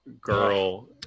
girl